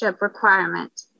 requirement